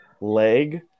leg